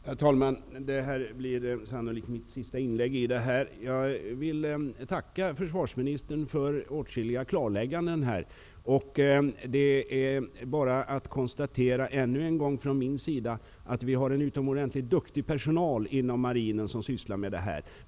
Herr talman! Det här blir sannolikt mitt sista inlägg i den här debatten. Jag vill tacka försvarsministern för åtskilliga klarlägganden. Det är bara för mig att ännu en gång konstatera att vi har en utomordentligt duktig personal inom marinen som sysslar med dessa frågor.